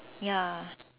ya